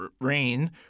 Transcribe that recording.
Rain